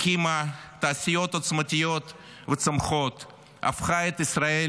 הקימה תעשיות עוצמתיות וצומחות והפכה את ישראל